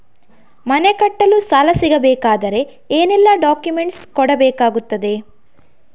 ಮನೆ ಕಟ್ಟಲು ಸಾಲ ಸಿಗಬೇಕಾದರೆ ಏನೆಲ್ಲಾ ಡಾಕ್ಯುಮೆಂಟ್ಸ್ ಕೊಡಬೇಕಾಗುತ್ತದೆ?